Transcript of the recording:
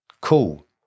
Cool